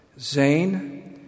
Zane